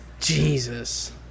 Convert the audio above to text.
Jesus